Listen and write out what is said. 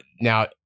Now